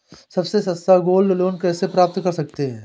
सबसे सस्ता gold loan कैसे प्राप्त कर सकते हैं?